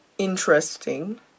Interesting